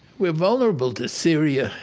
we're vulnerable to syria,